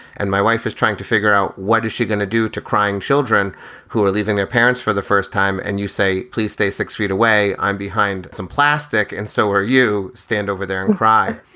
and my wife is trying to figure out what is she going to do to crying children who are leaving their parents for the first time. and you say, please stay six feet away. i'm behind some plastic. and so here you stand over there and cry.